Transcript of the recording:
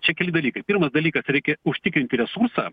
čia keli dalykai pirmas dalykas reikia užtikrinti resursą